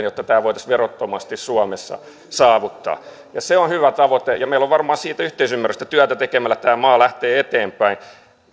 jotta tämä voitaisiin verottomasti suomessa saavuttaa se on hyvä tavoite ja meillä on varmaan siitä yhteisymmärrystä työtä tekemällä tämä maa lähtee eteenpäin